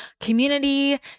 community